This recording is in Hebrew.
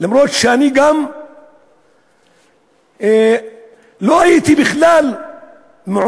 למרות שגם אני לא הייתי בכלל מעוניין,